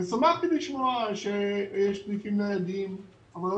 שמחתי לשמוע שיש סניפים ניידים אבל לא